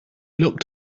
looked